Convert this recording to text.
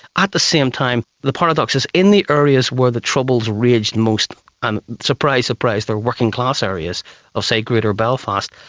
at the same time, the paradox is in the earliest when the troubles raged most and surprise, surprise they were working class areas of, say, greater belfast,